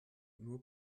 nur